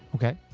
okay.